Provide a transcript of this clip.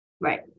Right